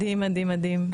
ממש מדהים.